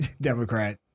Democrat